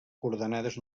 coordenades